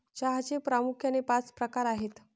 चहाचे प्रामुख्याने पाच प्रकार आहेत